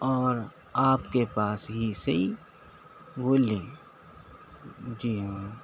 اور آپ کے پاس ہی سے ہی وہ لیں جی ہاں